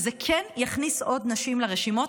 וזה כן יכניס עוד נשים לרשימות,